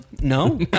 no